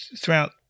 throughout